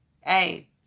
hey